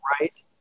right